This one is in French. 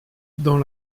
dans